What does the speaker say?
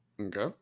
Okay